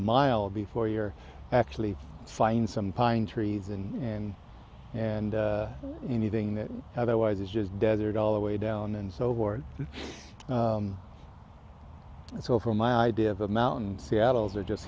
mile before you're actually find some pine trees and and and anything that otherwise is just desert all the way down and so forth and so from my idea of a mountain seattle's